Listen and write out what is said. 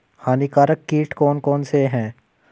हानिकारक कीट कौन कौन से हैं?